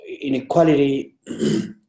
Inequality